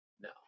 No